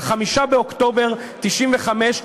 5 באוקטובר 1995,